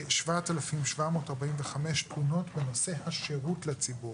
ב-7,745 תלונות בנושא השירות לציבור.